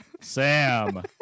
Sam